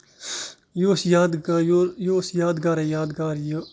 یہِ اوس یاد گار یہِ اوس یاد گارٕے یاد گار یہِ